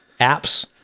apps